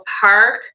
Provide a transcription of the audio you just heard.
park